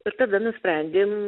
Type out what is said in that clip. ir tada nusprendėm